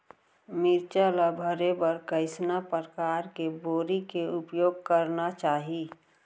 मिरचा ला भरे बर कइसना परकार के बोरी के उपयोग करना चाही?